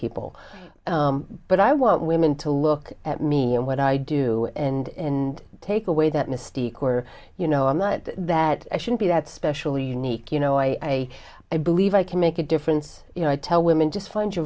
people but i want women to look at me and what i do and in take away that mystique were you know i'm not that i should be that special unique you know i i believe i can make a difference you know i tell women just find your